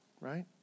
right